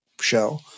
show